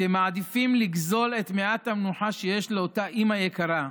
אתם מעדיפים לגזול את מעט המנוחה שיש לאותה אימא יקרה,